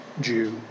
Jew